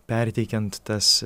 perteikiant tas